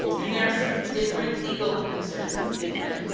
and there are some different legal concerns with different,